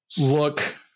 look